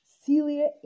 Celia